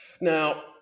now